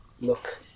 Look